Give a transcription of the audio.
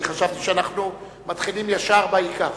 חשבתי שאנחנו מתחילים ישר בעיקר.